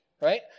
right